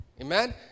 Amen